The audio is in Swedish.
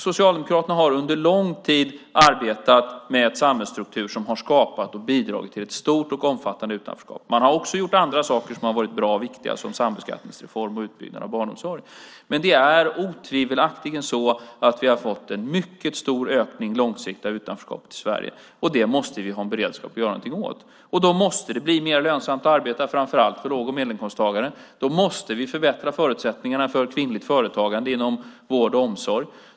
Socialdemokraterna har under lång tid arbetat med en samhällsstruktur som har skapat och bidragit till ett stort och omfattande utanförskap. Man har också gjort saker som har varit bra och viktiga, som sambeskattningsreform och utbyggnad av barnomsorg. Men vi har otvivelaktigt fått en mycket stor ökning långsiktigt av utanförskapet i Sverige, och det måste vi ha en beredskap att göra något åt. Då måste det bli mer lönsamt att arbeta, framför allt för låg och medelinkomsttagare. Då måste vi förbättra förutsättningarna för kvinnligt företagande inom vård och omsorg.